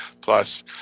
Plus